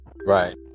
Right